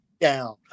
down